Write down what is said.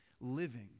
living